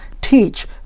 teach